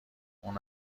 اون